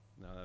No